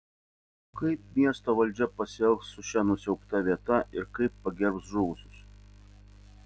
kaip miesto valdžia pasielgs su šia nusiaubta vieta ir kaip pagerbs žuvusius